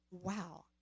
Wow